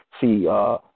see